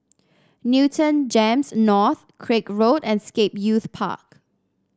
Newton Gems North Craig Road and Scape Youth Park